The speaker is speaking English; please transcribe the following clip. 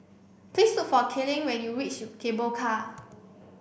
please look for Kayleigh when you reach Cable Car